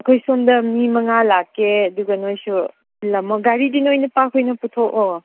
ꯑꯩꯈꯣꯏ ꯁꯣꯝꯗ ꯃꯤ ꯃꯉꯥ ꯂꯥꯛꯀꯦ ꯑꯗꯨꯒ ꯅꯣꯏꯁꯨ ꯒꯥꯔꯤꯗꯤ ꯅꯣꯏ ꯃꯨꯄꯥ ꯈꯣꯏꯅ ꯄꯨꯊꯣꯛꯑꯣ